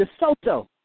DeSoto